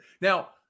Now